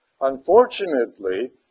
Unfortunately